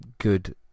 good